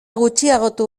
gutxiagotu